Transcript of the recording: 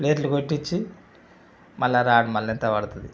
ప్లేట్లు కొట్టించి మళ్ళా రాడ్ మళ్ళీ ఎంత పడుతుంది